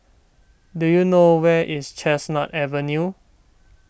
do you know where is Chestnut Avenue